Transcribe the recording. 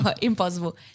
Impossible